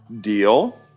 Deal